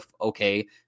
okay